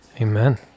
amen